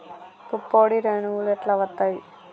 పుప్పొడి రేణువులు ఎట్లా వత్తయ్?